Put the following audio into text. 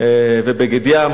אולי בגד ים,